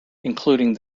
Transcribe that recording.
including